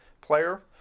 player